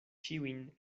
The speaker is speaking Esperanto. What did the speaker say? ĉiujn